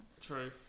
True